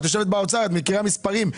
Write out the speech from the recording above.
את יושבת באוצר, את מכירה מספרים.